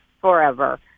forever